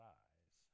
eyes